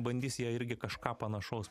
bandys jie irgi kažką panašaus